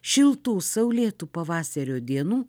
šiltų saulėtų pavasario dienų